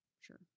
Sure